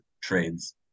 trades